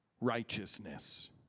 righteousness